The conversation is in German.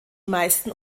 meisten